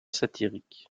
satiriques